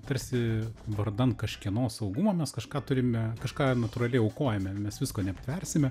tarsi vardan kažkieno saugumo mes kažką turime kažką natūraliai aukojame mes visko neaptversime